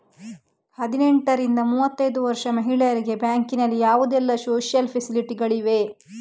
ಹದಿನೆಂಟರಿಂದ ಮೂವತ್ತೈದು ವರ್ಷ ಮಹಿಳೆಯರಿಗೆ ಬ್ಯಾಂಕಿನಲ್ಲಿ ಯಾವುದೆಲ್ಲ ಸೋಶಿಯಲ್ ಫೆಸಿಲಿಟಿ ಗಳಿವೆ?